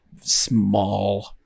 small